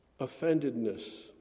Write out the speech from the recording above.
offendedness